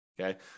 Okay